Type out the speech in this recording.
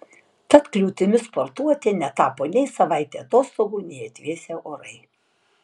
tad kliūtimi sportuoti netapo nei savaitė atostogų nei atvėsę orai